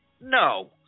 no